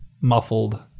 muffled